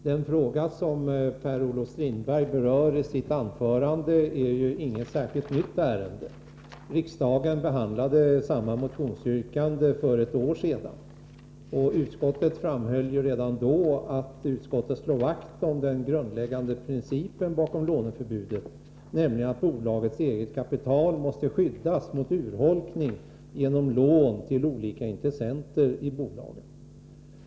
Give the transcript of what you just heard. Herr talman! Den fråga som Per-Olof Strindberg berör i sitt anförande är inte ny. Riksdagen behandlade samma motionsyrkande för ett år sedan. Utskottet framhöll redan då att utskottet slår vakt om den grundläggande principen bakom låneförbudet, nämligen att bolagets eget kapital måste skyddas mot urholkning genom lån till olika intressenter i bolaget.